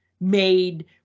made